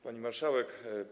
Pani Marszałek!